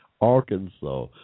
Arkansas